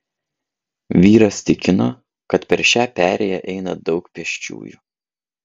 vyras tikino kad per šią perėją eina daug pėsčiųjų